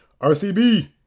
RCB